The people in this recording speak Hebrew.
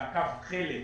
זה הקו התכלת.